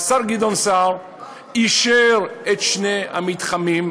השר גדעון סער אישר את שני המתחמים,